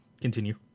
Continue